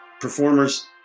performers